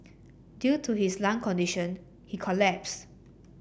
due to his lung condition he collapsed